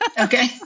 Okay